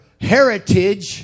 heritage